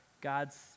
God's